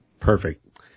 Perfect